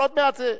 עוד מעט,